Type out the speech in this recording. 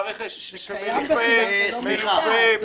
--- סליחה.